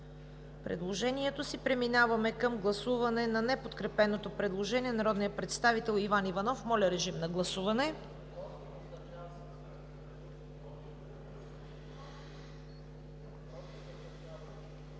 предложението си. Преминаваме към гласуване на неподкрепеното предложение на народния представител Иван Иванов. Гласували